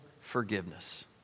forgiveness